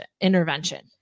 intervention